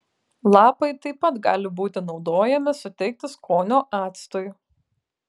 lapai taip pat gali būti naudojami suteikti skonio actui